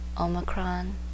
omicron